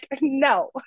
no